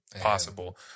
Possible